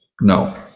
No